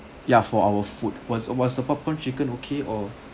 ya for our food was was the popcorn chicken okay or